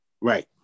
Right